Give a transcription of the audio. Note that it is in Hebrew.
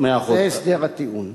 זה הסדר הטיעון.